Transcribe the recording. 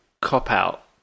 cop-out